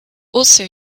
also